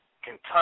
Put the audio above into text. Kentucky